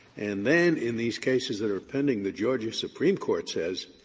and then, in these cases that are pending, the georgia supreme court says